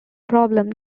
problems